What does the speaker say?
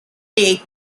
take